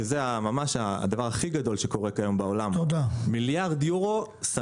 שזה הדבר הכי גדול שקורה כיום בעולם שמים מיליארד יורו על